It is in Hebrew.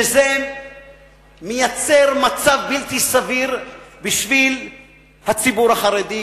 שזה מייצר מצב בלתי סביר בשביל הציבור החרדי,